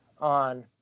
on